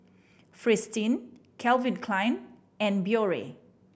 Fristine Calvin Klein and Biore